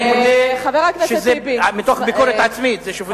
אני מודה, מתוך ביקורת עצמית, זה שוביניזם?